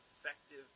effective